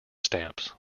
stamps